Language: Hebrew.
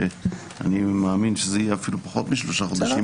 שאני מאמין שזה יהיה אפילו פחות משלושה חודשים,